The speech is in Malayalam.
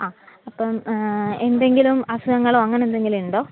ആ അപ്പം എന്തെങ്കിലും അസുഖങ്ങളോ അങ്ങനെ എന്തെങ്കിലും ഉണ്ടോ